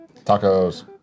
Tacos